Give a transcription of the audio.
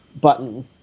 button